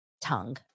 tongue